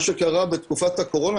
מה שקרה בתקופת הקורונה,